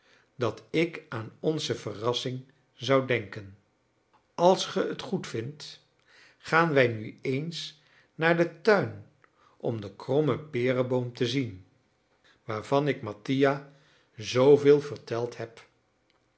dat ik aan onze verrassing zou denken als ge t goedvindt gaan wij nu eens naar den tuin om den krommen pereboom te zien waarvan ik mattia zooveel verteld heb